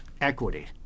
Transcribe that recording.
equity